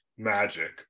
Magic